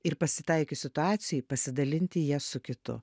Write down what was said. ir pasitaikius situacijai pasidalinti ja su kitu